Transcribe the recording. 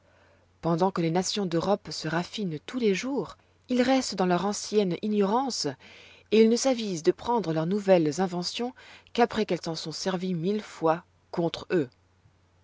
pendant que les nations d'europe se raffinent tous les jours ils restent dans leur ancienne ignorance et ils ne s'avisent de prendre leurs nouvelles inventions qu'après qu'elles s'en sont servies mille fois contre eux